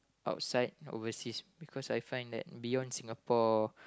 outside overseas because I find that beyond Singapore